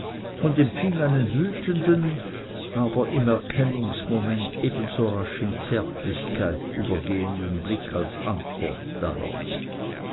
und empfing einen wütenden aber im erkennungsmoment ebenso rasch in zärtlichkeit übergehenden blick als antwort darauf